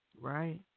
Right